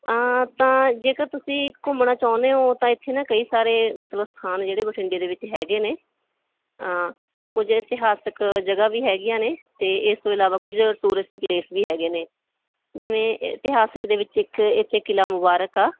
ਤਾਂ ਜੇਕਰ ਤੁਸੀਂ ਘੁੰਮਣਾ ਚਾਹੁੰਦੇ ਹੋ ਤਾਂ ਇੱਥੇ ਨਾ ਕਈ ਸਾਰੇ ਮਤਲਬ ਸਥਾਨ ਜਿਹੜੇ ਬਠਿੰਡੇ ਦੇ ਵਿੱਚ ਹੈਗੇ ਨੇ ਕੁਝ ਇਤਿਹਾਸਿਕ ਜਗ੍ਹਾ ਵੀ ਹੈਗੀਆਂ ਨੇ ਅਤੇ ਇਸ ਤੋਂ ਇਲਾਵਾ ਕੁਝ ਟੂਰਿਸਟ ਪਲੇਸ ਵੀ ਹੈਗੇ ਨੇ ਜਿਵੇਂ ਇਤਿਹਾਸਿਕ ਦੇ ਵਿੱਚ ਇੱਕ ਇੱਥੇ ਕਿਲ੍ਹਾ ਮੁਬਾਰਕ ਆ